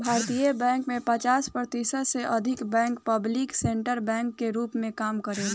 भारतीय बैंक में पचास प्रतिशत से अधिक बैंक पब्लिक सेक्टर बैंक के रूप में काम करेलेन